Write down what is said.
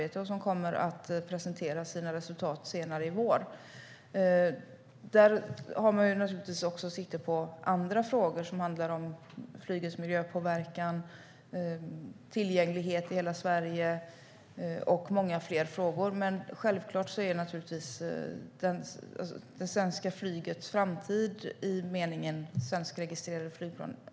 Resultaten av det kommer att presenteras senare i vår. Där tar man också sikte på andra frågor, såsom flygets miljöpåverkan, tillgänglighet i hela Sverige och många fler. Men man ska naturligtvis titta vidare på det svenska flygets framtid, i meningen svenskregistrerade flygplan.